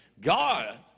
God